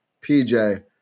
PJ